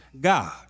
God